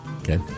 Okay